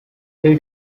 three